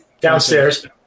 Downstairs